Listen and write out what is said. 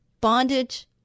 bondage